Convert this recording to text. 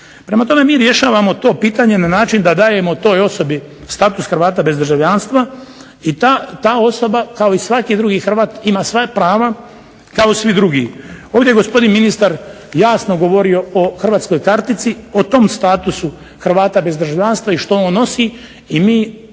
Prema tome, mi rješavamo to pitanje na način da dajemo toj osobi status Hrvata bez državljanstva i ta osoba kao i svaki drugi Hrvat ima svoja prava kao i svi drugi. Ovdje je gospodin ministar jasno govorio o hrvatskoj kartici o tom statusu Hrvata bez državljanstva i što on nosi i mi